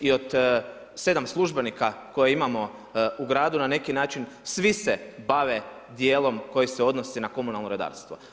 I od 7 službenika koje imamo u gradu na neki način svi se bave dijelom koji se odnose na komunalno redarstvo.